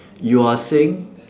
you are saying